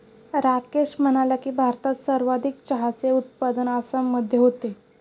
राकेश म्हणाला की, भारतात सर्वाधिक चहाचे उत्पादन आसाममध्ये होते